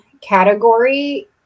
category